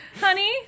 honey